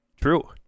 True